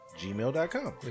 Gmail.com